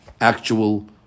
actual